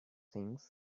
things